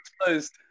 exposed